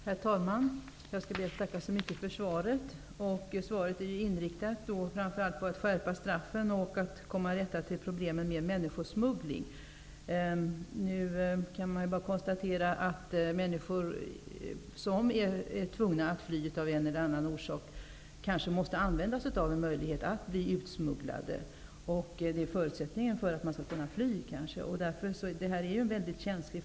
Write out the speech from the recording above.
Herr talman! Jag ber att få tacka för svaret. Svaret är inriktat på framför allt att skärpa straffen och att komma till rätta med problemen med människosmuggling. Man kan enbart konstatera att människor som är tvungna att fly av en eller annan orsak kanske måste använda sig av möjligheten att bli utsmugglade. Det kanske är förutsättningen för att kunna fly. Den här frågan är ju väldigt känslig.